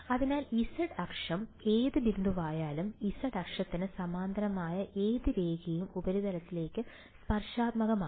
അതിനാൽ z അക്ഷം ഏത് ബിന്ദുവായാലും z അക്ഷത്തിന് സമാന്തരമായ ഏത് രേഖയും ഉപരിതലത്തിലേക്ക് സ്പർശനാത്മകമാണ്